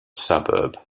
suburb